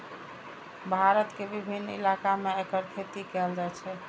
भारत के विभिन्न इलाका मे एकर खेती कैल जाइ छै